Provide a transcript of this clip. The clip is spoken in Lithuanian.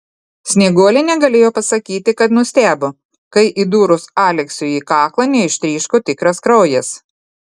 snieguolė negalėjo pasakyti kad nustebo kai įdūrus aleksiui į kaklą neištryško tikras kraujas